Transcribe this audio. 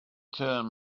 turn